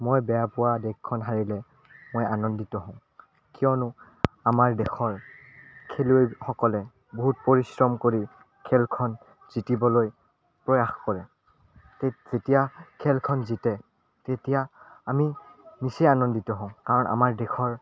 মই বেয়া পোৱা দেশখন হাৰিলে মই আনন্দিত হওঁ কিয়নো আমাৰ দেশৰ খেলুৱৈসকলে বহুত পৰিশ্ৰম কৰি খেলখন যিকিবলৈ প্ৰয়াস কৰে ঠিক যেতিয়া খেলখন জিকে তেতিয়া আমি নিচেই আনন্দিত হওঁ কাৰণ আমাৰ দেশৰ